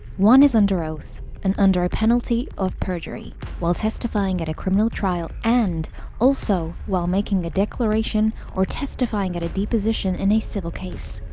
one is under oath and under a penalty of perjury while testifying at a criminal trial and also while making a declaration or, testifying at a deposition in a civil case.